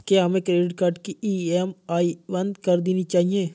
क्या हमें credit card की ई.एम.आई बंद कर देनी चाहिए?